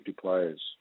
players